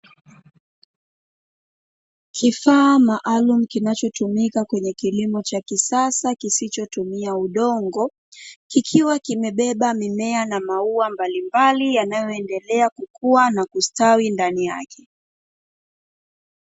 Kifaa maalumu kinachotumika kwenye kilimo cha kisasa kisichotumia udongo, kikiwa kimebeba mimea na maua mbalimbali yanayoendelea kukua na kustawi ndani yake.